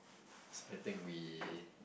so I think we